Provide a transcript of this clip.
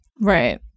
Right